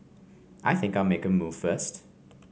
I think I'll make a move first